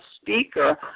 speaker